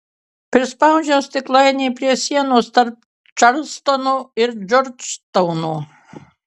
prispaudžiau stiklainį prie sienos tarp čarlstono ir džordžtauno